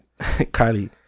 Kylie